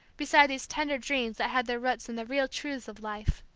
beside these tender dreams that had their roots in the real truths of life.